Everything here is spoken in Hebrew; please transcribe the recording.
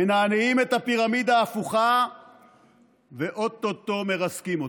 מנענעים את הפירמידה ההפוכה ואו-טו-טו מרסקים אותה.